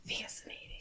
fascinating